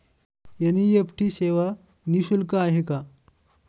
NEFT सेवा निःशुल्क आहे का?